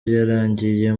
yarangiye